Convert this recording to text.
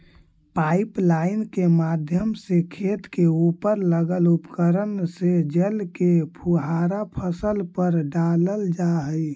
pipeline के माध्यम से खेत के उपर लगल उपकरण से जल के फुहारा फसल पर डालल जा हइ